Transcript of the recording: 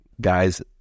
guys